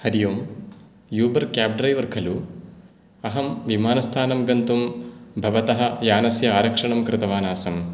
हरि ओम् Uber cab driver खलु अहं विमानस्थानं गन्तुं भवतः यानस्य आरक्षणं कृतवान् आसम्